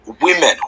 women